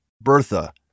Bertha